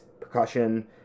percussion